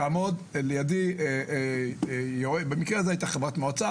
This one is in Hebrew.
אילת שתעמוד לידי חברת מועצה